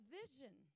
vision